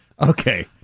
Okay